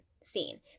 scene